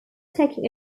taking